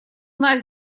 нас